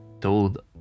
told